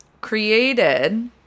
created